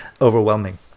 overwhelming